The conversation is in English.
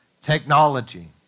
Technology